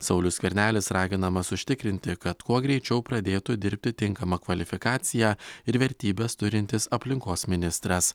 saulius skvernelis raginamas užtikrinti kad kuo greičiau pradėtų dirbti tinkamą kvalifikaciją ir vertybes turintis aplinkos ministras